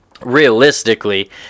realistically